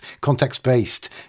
Context-based